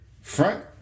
Front